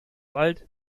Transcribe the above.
wald